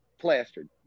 plastered